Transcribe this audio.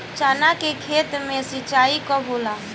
चना के खेत मे सिंचाई कब होला?